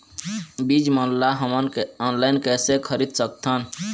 बीज मन ला हमन ऑनलाइन कइसे खरीद सकथन?